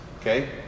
okay